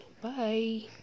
Bye